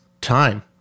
Time